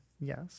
Yes